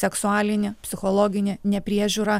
seksualinį psichologinį nepriežiūrą